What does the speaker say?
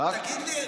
אתה תגיד לי,